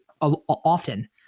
often